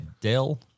Dell